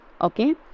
Okay